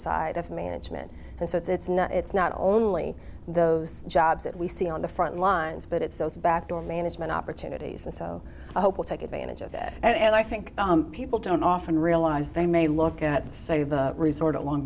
side of management and so it's not it's not only those jobs that we see on the front lines but it's those backdoor management opportunities and so i hope will take advantage of that and i thing people don't often realize they may look at say the resort long